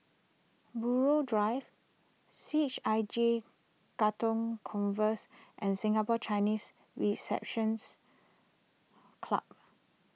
Buroh Drive C H I J Katong converse and Singapore Chinese receptions Club